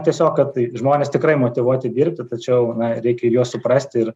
tiesiog kad tai žmonės tikrai motyvuoti dirbti tačiau na reikia ir juos suprasti ir